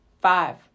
five